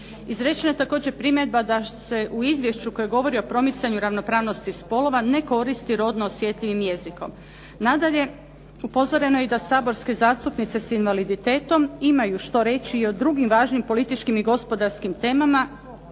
Izrečena je također primjedba da se u izvješću koje govori o promicanju ravnopravnosti spolova ne koristi rodno osjetljivim jezikom. Nadalje, upozoreno je da saborske zastupnice sa invaliditetom imaju što reći i o drugim važnijim političkim i gospodarskim temama,